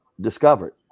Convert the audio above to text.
discovered